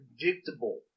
predictable